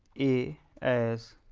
a as